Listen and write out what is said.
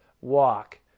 walk